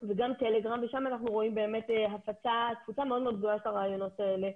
ושם אנחנו רואים הפצה ותפוצה מאוד גדולה של הרעיונות האלה.